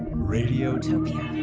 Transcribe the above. radiotopia